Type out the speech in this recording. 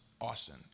Austin